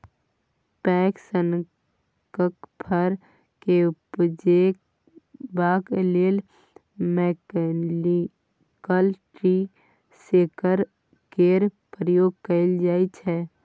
पैकन सनक फर केँ उपजेबाक लेल मैकनिकल ट्री शेकर केर प्रयोग कएल जाइत छै